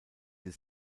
des